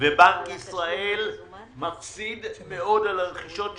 ובנק ישראל מפסיד מאוד על הרכישות שלו,